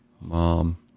Mom